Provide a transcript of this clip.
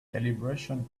calibration